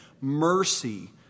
mercy